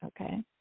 okay